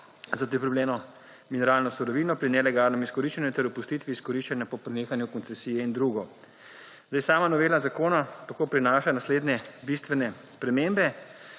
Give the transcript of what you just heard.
za pridobljeno mineralno surovino pri nelegalnem izkoriščanju ter opustitvi izkoriščanja po prenehanju koncesije in drugo. Novela zakona tako prinaša naslednje bistvene spremembe.